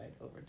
over